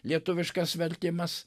lietuviškas vertimas